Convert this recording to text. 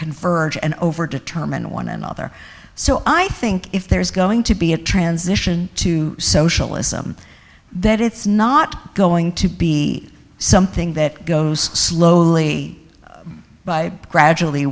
converge and over determine one another so i think if there is going to be a transition to socialism that it's not going to be something that goes slowly by gradually